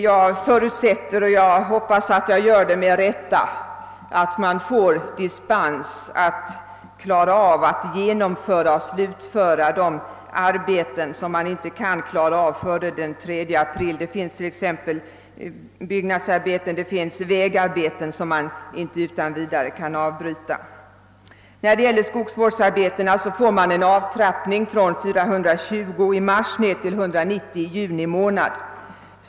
Jag förutsätter — och jag hoppas att jag gör det med rätta — att vi får dispens för att klara av och slutföra de arbeten som inte kan slutföras före den 3 april. Jag tänker här till exempel på byggnadsarbeten och vägarbeten, som inte kan avbrytas utan vidare. Vad skogsvårdsarbetena beträffar blir det en avtrappning från 420 personer i mars till 190 i juni.